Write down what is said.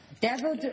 Devil